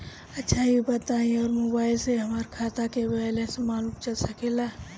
अच्छा ई बताईं और मोबाइल से हमार खाता के बइलेंस मालूम चल सकेला?